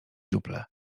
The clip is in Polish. dziuplę